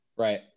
Right